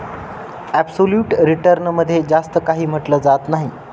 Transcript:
absolute return मध्ये जास्त काही म्हटलं जात नाही